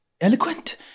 Eloquent